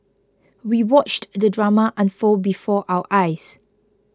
we watched the drama unfold before our eyes